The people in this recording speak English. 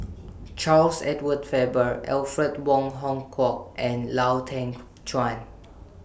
Charles Edward Faber Alfred Wong Hong Kwok and Lau Teng Chuan